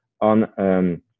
on